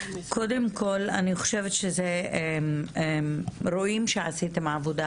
קודם כל אני חושבת שרואים שעשיתם עבודה